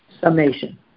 summation